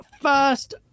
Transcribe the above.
first